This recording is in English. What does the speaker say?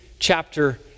chapter